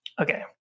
Okay